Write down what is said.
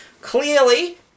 clearly